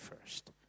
first